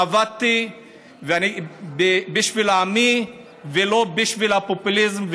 עבדתי בשביל עמי, ולא בשביל הפופוליזם,